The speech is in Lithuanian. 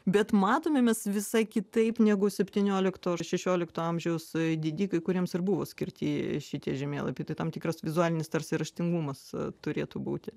bet matome mes visai kitaip negu septyniolikto ar šešiolikto amžiaus didikai kuriems ir buvo skirti šitie žemėlapiai tai tam tikras vizualinis tarsi raštingumas turėtų būti